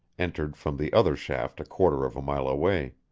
entered from the other shaft a quarter of a mile away.